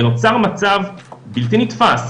נוצר מצב בלתי נתפס,